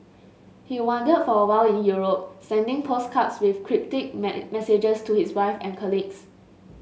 he wandered for a while in Europe sending postcards with cryptic messages to his wife and colleagues